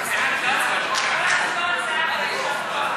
(מענק הסתגלות לנשים ששהו במקלט לנשים מוכות)